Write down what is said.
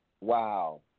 Wow